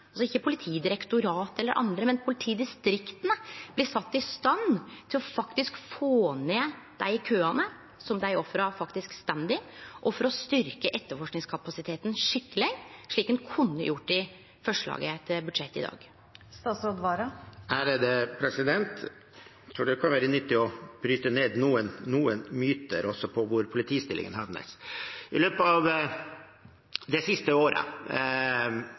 altså ikkje Politidirektoratet eller andre, blir sette i stand til faktisk å få ned dei køane som ofra står i, og til å styrkje etterforskingskapasiteten skikkeleg, slik ein kunne gjort i forslaget til budsjett i dag? Jeg tror det kan være nyttig å bryte ned noen myter om hvor politistillinger havner. I løpet av det siste året,